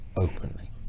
openly